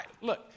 Look